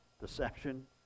deception